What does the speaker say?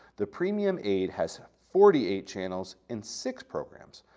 the premium aid has forty eight channels and six programs,